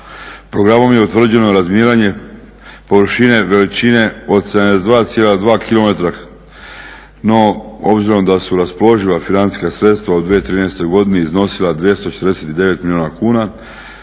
Programom je utvrđeno razminiranje površine veličine od 72,2 kilometra, no obzirom da su raspoloživa financijska sredstva u 2013. godini iznosila 249 milijuna kuna